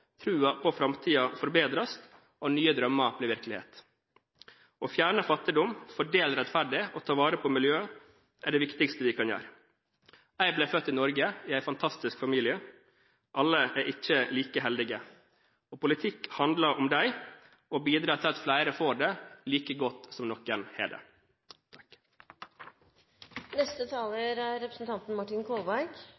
på framtiden forbedres, og nye drømmer blir virkelighet. Å fjerne fattigdom, fordele rettferdig og ta vare på miljøet er det viktigste vi kan gjøre. Jeg ble født i Norge i en fantastisk familie. Alle er ikke like heldige. Politikk handler om dem: Å bidra til at flere får det like godt som noen har det. Det